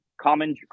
common